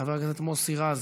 חבר הכנסת מוסי רז,